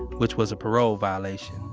which was a parole violation.